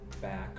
back